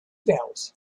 veils